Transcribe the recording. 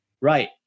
Right